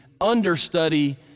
understudy